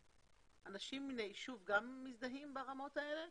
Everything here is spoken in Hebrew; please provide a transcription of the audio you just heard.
אנשים מן הישוב גם מזדהים ברמות האלה?